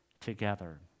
together